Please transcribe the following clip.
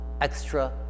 extra